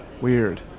Weird